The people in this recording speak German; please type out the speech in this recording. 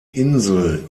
insel